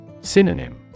Synonym